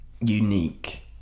unique